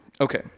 Okay